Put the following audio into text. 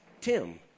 Tim